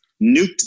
nuked